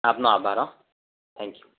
આપનો આભાર હોં થેન્ક્યુ